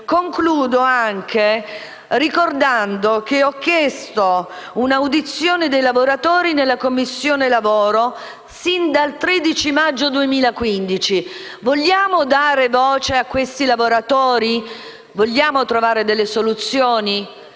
Concludo ricordando che ho chiesto lo svolgimento di un'audizione dei lavoratori in Commissione lavoro sin dal 13 maggio 2015. Vogliamo dare voce a questi lavoratori? Vogliamo trovare delle soluzioni?